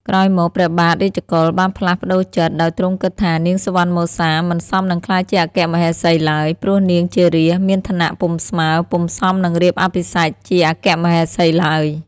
ក្រោយមក ព្រះបាទរាជកុល បានផ្លាស់ប្ដូរចិត្ត ដោយទ្រង់គិតថា នាងសុវណ្ណមសា មិនសមនឹងក្លាយជាអគ្គមហេសីឡើយ ព្រោះនាងជារាស្ត្រ មានឋានៈពុំស្មើ ពុំសមនឹងរៀបអភិសេកជាអគ្គមហេសីឡើយ។